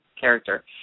character